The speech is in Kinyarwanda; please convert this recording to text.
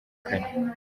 kane